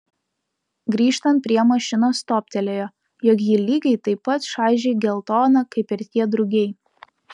grįžtant prie mašinos toptelėjo jog ji lygiai taip pat šaižiai geltona kaip ir tie drugiai